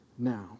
now